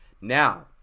Now